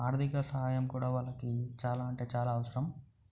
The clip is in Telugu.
ఆర్థిక సహాయం కూడా వాళ్ళకి చాలా అంటే చాలా అవసరం